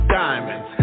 diamonds